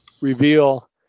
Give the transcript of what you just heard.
reveal